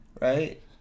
right